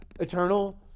Eternal